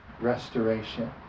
restoration